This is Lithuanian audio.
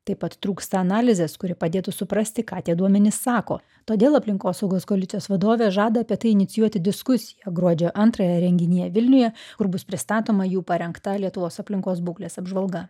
taip pat trūksta analizės kuri padėtų suprasti ką tie duomenys sako todėl aplinkosaugos koalicijos vadovė žada apie tai inicijuoti diskusiją gruodžio antrąją renginyje vilniuje kur bus pristatoma jų parengta lietuvos aplinkos būklės apžvalga